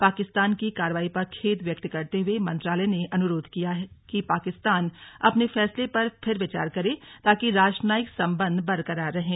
पाकिस्तान की कार्रवाई पर खेद व्यक्त करते हुए मंत्रालय ने अनुरोध किया कि पाकिस्तान अपने फैसले पर फिर विचार करे ताकि राजनयिक संबंध बरकरार रहें